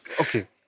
okay